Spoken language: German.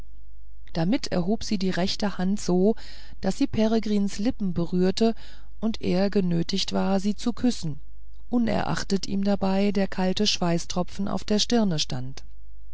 damit erhob sie die rechte hand so daß sie peregrins lippen berührte und er genötigt war sie zu küssen unerachtet ihm dabei die kalten schweißtropfen auf der stirne standen